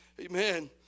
Amen